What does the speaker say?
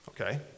Okay